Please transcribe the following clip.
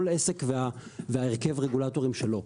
כל עסק והרכב הרגולטורים שלו.